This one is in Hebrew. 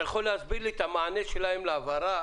אתה יכול להסביר לי את המענה שלהם להבהרה,